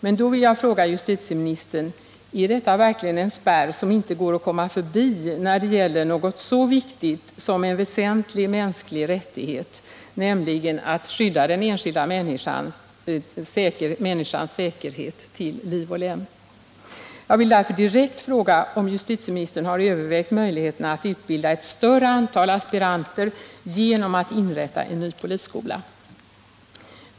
Men då vill jag fråga justitieministern: Är detta verkligen en spärr som inte går att komma förbi när det gäller något så viktigt som en väsentlig mänsklig rättighet, nämligen skyddet av den enskildes säkerhet ti!l liv och lem? Jag vill därför direkt fråga om justitieministern har övervägt möjligheten att utbilda ett större antal aspiranter genom att inrätta en ny polisskola.